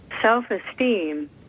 self-esteem